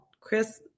Chris